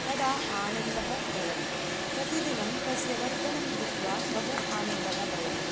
तदा आनन्दः भवति प्रतिदिनं तस्य वर्धनं दृष्ट्वा बहु आनन्दः भवति